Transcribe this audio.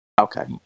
Okay